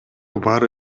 бар